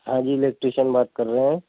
ہاں جی الیکٹریشن بات کر رہا ہوں